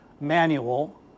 manual